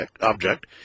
object